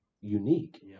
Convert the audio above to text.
Unique